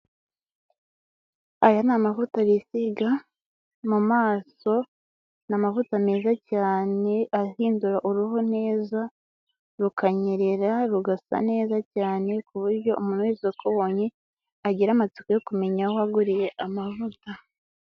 Aya ni amavuta yisiga mu maso. Ni amavuta meza cyane ahindura uruhu neza rukanyerera rugasa neza cyane, ku buryo umuntu wese wakubonye agira amatsiko yo kumenya aho waguriye amavuta.